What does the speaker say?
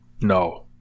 No